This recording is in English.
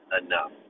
enough